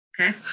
Okay